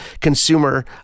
consumer